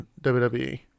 WWE